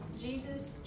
Jesus